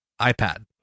iPad